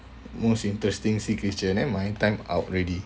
most interesting never mind time out already